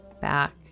back